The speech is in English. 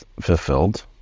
fulfilled